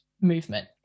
movement